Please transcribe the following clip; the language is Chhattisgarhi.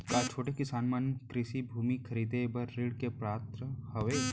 का छोटे किसान मन कृषि भूमि खरीदे बर ऋण के पात्र हवे?